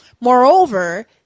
Moreover